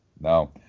No